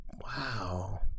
Wow